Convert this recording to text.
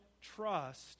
trust